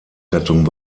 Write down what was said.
gattung